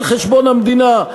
על חשבון המדינה,